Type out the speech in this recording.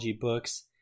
Books